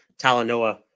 Talanoa